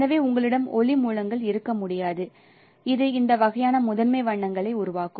எனவே உங்களிடம் ஒளி மூலங்கள் இருக்க முடியாது இது இந்த வகையான முதன்மை வண்ணங்களை உருவாக்கும்